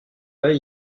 pas